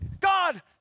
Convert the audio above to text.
God